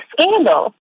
Scandal